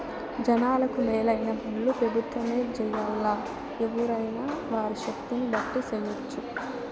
జనాలకు మేలైన పన్లు పెబుత్వమే జెయ్యాల్లా, ఎవ్వురైనా వారి శక్తిని బట్టి జెయ్యెచ్చు